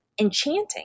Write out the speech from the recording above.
enchanting